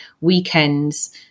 weekends